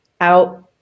out